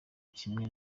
kimwe